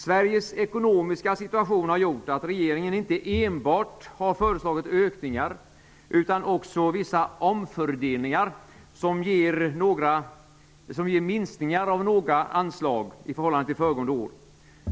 Sveriges ekonomiska situation har gjort att regeringen inte enbart har föreslagit ökningar utan också vissa omfördelningar, som innebär minskning av några anslag i förhållande till föregående år.